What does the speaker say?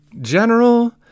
General